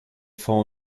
fonds